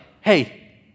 hey